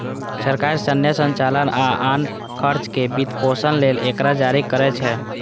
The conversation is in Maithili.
सरकार सैन्य संचालन आ आन खर्चक वित्तपोषण लेल एकरा जारी करै छै